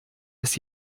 ist